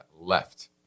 left